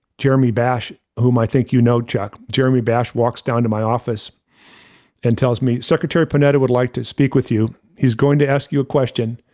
jeremy bash, whom i think, you know, chuck, jeremy bash, walks down to my office and tells me secretary panetta would like to speak with you. he's going to ask you a question.